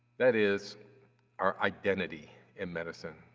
that is our identity in medicine.